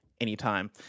anytime